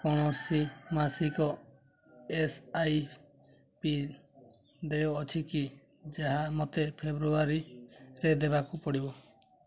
କୌଣସି ମାସିକ S I P ଦେୟ ଅଛି କି ଯାହା ମୋତେ ଫେବୃୟାରୀରେ ଦେବାକୁ ପଡ଼ିବ